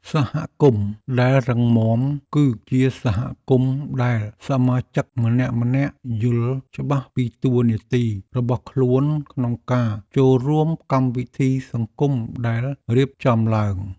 សហគមន៍ដែលរឹងមាំ គឺជាសហគមន៍ដែលសមាជិកម្នាក់ៗយល់ច្បាស់ពីតួនាទីរបស់ខ្លួនក្នុងការចូលរួមកម្មវិធីសង្គមដែលរៀបចំឡើង។